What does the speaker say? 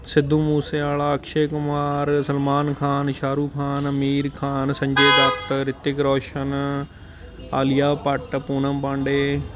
Sidhu Moosewala Akshay Kumar Salman Khan Shahrukh Khan Aamir Khan Sanjay Dutt Hrithik Roshan Alia Bhatt Poonam Pandey